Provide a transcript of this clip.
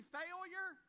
failure